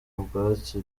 bwaki